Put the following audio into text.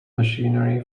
machinery